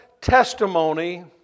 testimony